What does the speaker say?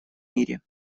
мире